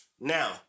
Now